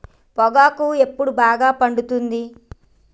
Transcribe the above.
పొగాకు ఎప్పుడు బాగా పండుతుంది?